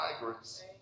migrants